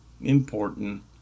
important